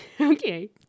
Okay